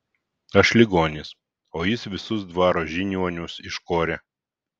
aš ligonis o jis visus dvaro žiniuonius iškorė